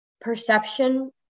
perception